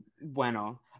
bueno